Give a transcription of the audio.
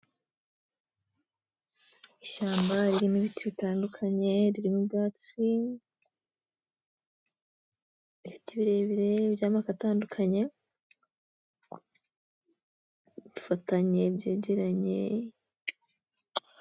Ishyamba ririmo ibiti bitandukanye ririmo ubwatsi, ibiti birebire by'amoko atandukanye, bifatanye byegeranye.